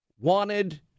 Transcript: wanted